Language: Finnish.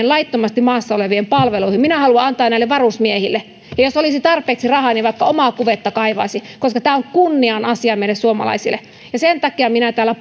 laittomasti maassa olevien palveluihin minä haluan antaa näille varusmiehille jos olisi tarpeeksi rahaa niin vaikka omaa kuvetta kaivaisin koska tämä on kunnian asia meille suomalaisille ja sen takia minä täällä